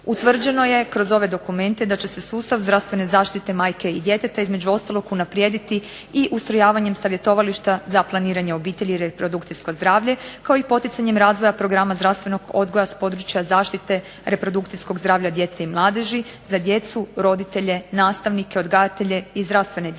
Utvrđeno je kroz ove dokumente da će se sustav zdravstvene zaštite majke i djeteta između ostalog unaprijediti i ustrojavanjem savjetovališta za planiranje obitelji i reprodukcijsko zdravlje, kao i poticanjem razvoja programa zdravstvenog odgoja s područja zaštite reprodukcijskog zdravlja djece i mladeži za djecu, roditelje, nastavnike, odgajatelje i zdravstvene